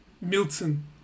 Milton